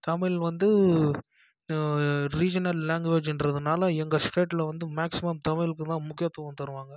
தமிழ் வந்து ரீஜினல் லாங்குவேஜின்றதுனால் எங்கள் ஸ்டேட்டில் வந்து மேக்ஸிமம் தமிழுக்குதான் முக்கியத்துவம் தருவாங்க